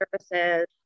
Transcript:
services